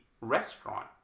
restaurant